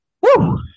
Woo